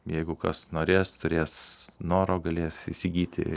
jeigu kas norės turės noro galės įsigyti